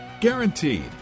Guaranteed